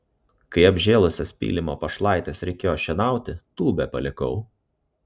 kai apžėlusias pylimo pašlaites reikėjo šienauti tūbę palikau